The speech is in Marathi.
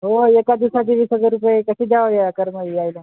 हो एका दिवसाचे वीस हजार रुपये कसे द्यावे या कर्माधिकारीला